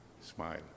Smile